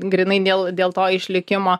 grynai dėl dėl to išlikimo